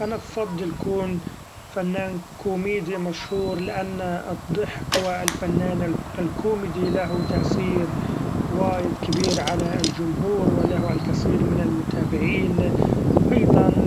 أنا بفضل كون فنان كوميدي مشهور لأن الضحك و الفنان الكوميدي له تأثير وايد كبير علي الجمهور و له الكثير من المتابعين ، أيضا